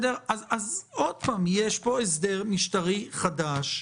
עוד פעם, יש פה הסדר משטרי חדש.